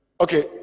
Okay